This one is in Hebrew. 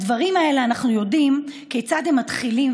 אנחנו יודעים כיצד הדברים האלה מתחילים,